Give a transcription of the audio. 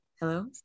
hello